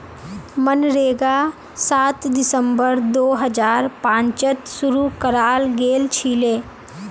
मनरेगा सात दिसंबर दो हजार पांचत शूरू कराल गेलछिले